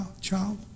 child